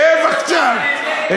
שב עכשיו.